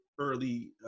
early